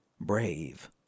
Brave